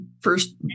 first